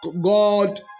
God